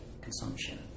consumption